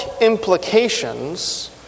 implications